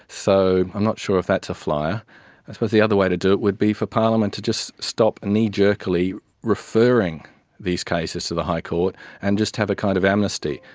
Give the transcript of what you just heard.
so i'm not sure if that's a flyer. i suppose the other way to do it would be for parliament to just stop knee-jerkily referring these cases to the high court and just have a kind of amnesty,